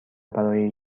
برای